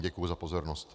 Děkuji za pozornost.